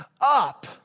up